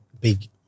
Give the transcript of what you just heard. big